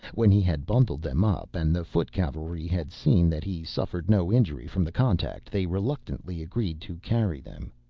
when he had bundled them up, and the foot cavalry had seen that he suffered no injury from the contact, they reluctantly agreed to carry them.